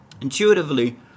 Intuitively